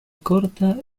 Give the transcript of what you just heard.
corta